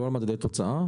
לא על מדדי תוצאה.